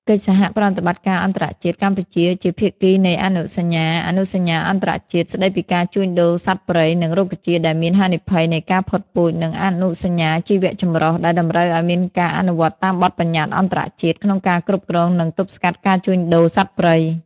កិច្ចសហប្រតិបត្តិការអន្តរជាតិ កម្ពុជាជាភាគីនៃអនុសញ្ញា អនុសញ្ញាអន្តរជាតិស្តីពីការជួញដូរសត្វព្រៃនិងរុក្ខជាតិដែលមានហានិភ័យនៃការផុតពូជ និងអនុសញ្ញាជីវៈចម្រុះ ដែលតម្រូវឱ្យមានការអនុវត្តតាមបទប្បញ្ញត្តិអន្តរជាតិក្នុងការគ្រប់គ្រង និងទប់ស្កាត់ការជួញដូរសត្វព្រៃ។